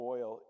Oil